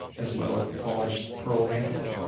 as well as the polished pearl handle.